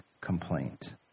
complaint